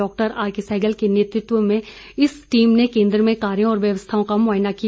doctor R K Sehgal के नेतृत्व में इस टीम ने केन्द्र में कार्यो और व्यवस्थाओं का मुआयना किया